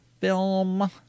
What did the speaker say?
film